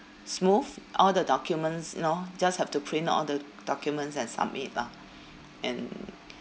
smooth all the documents you know just have to print all the documents and submit lah and